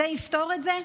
זה יפתור את זה?